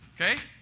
Okay